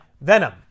Venom